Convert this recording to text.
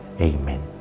Amen